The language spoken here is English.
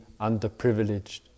underprivileged